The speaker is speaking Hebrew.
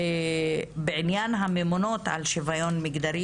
בעניין הממונות על שוויון מגדרי,